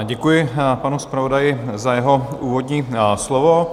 Děkuji panu zpravodaji za jeho úvodní slovo.